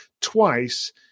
twice